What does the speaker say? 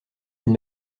elle